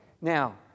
Now